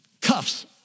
Cuffs